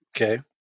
Okay